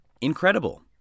incredible